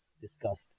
discussed